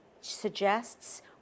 suggests